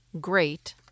great